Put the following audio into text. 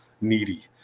needy